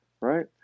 right